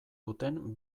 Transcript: duten